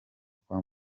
kwa